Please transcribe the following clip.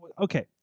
Okay